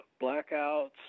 blackouts